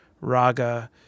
raga